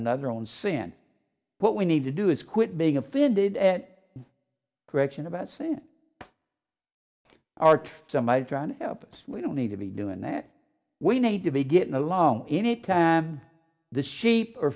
another on c n n what we need to do is quit being offended and correction about saying art somebody's trying to help us we don't need to be doing that we need to be getting along any time the sheep are